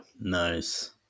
Nice